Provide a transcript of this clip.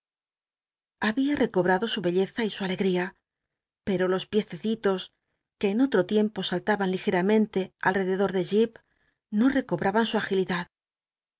babia recobtado su belleza y su alegria pero los piececitos que en otro tiempo saltaban ligeramente alrcdedot de jip no recobraban su agilidad